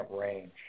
range